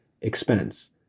expense